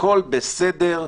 הכול בסדר,